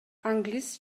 англис